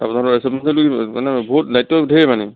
তাৰ পিছত লাইচেঞ্চ দায়িত্ব ধেৰ মানে